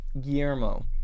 Guillermo